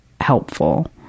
helpful